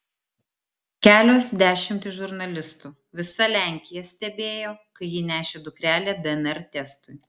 kelios dešimtys žurnalistų visa lenkija stebėjo kai ji nešė dukrelę dnr testui